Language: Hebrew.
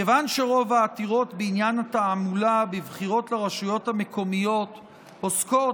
כיוון שרוב העתירות בעניין התעמולה בבחירות לרשויות המקומיות עוסקות